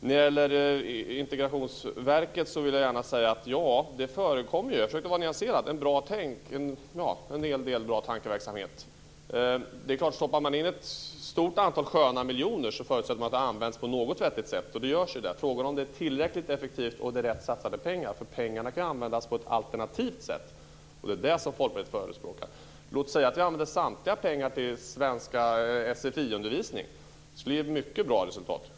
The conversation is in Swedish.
När det gäller Integrationsverket vill jag gärna säga att det förekommer - jag försöker vara nyanserad - en hel del bra tankeverksamhet. Stoppar man in ett stort antal sköna miljoner förutsätter man att de används på något vettigt sätt. Det görs ju, men frågan är om det är tillräckligt effektivt och rätt satsade pengar. Pengarna kan ju användas på ett alternativt sätt, och det är det som Folkpartiet förespråkar. Låt oss säga att vi använder samtliga pengar till sfi-undervisning; det skulle kanske ge mycket bra resultat.